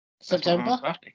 September